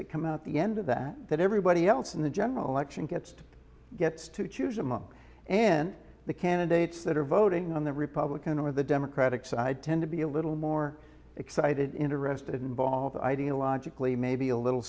that come out the end of that that everybody else in the general election gets to gets to choose among and the candidates that are voting on the republican or the democratic side tend to be a little more excited interested involved ideologically maybe a little